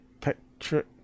Patrick